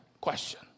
question